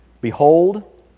Behold